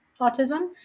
autism